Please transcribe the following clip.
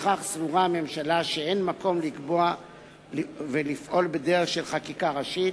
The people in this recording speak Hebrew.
לפיכך סבורה הממשלה שאין מקום לפעול בדרך של חקיקה ראשית,